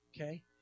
okay